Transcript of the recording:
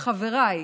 לחבריי,